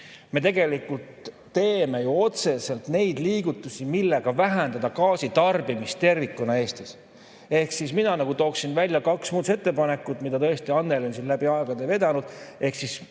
me tegelikult teeme ju otseselt neid liigutusi, millega vähendada gaasi tarbimist tervikuna Eestis. Ehk mina tooksin ära kaks muudatusettepanekut, mida tõesti Annely on läbi aegade vedanud, ehk kuidas